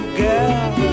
girl